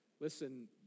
listen